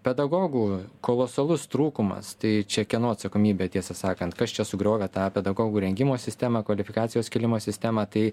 pedagogų kolosalus trūkumas tai čia kieno atsakomybė tiesą sakant kas čia sugriovė tą pedagogų rengimo sistemą kvalifikacijos kėlimo sistemą tai